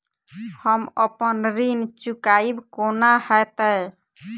हम अप्पन ऋण चुकाइब कोना हैतय?